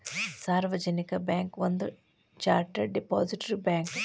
ಸಾರ್ವಜನಿಕ ಬ್ಯಾಂಕ್ ಒಂದ chartered depository bank